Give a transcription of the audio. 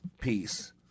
peace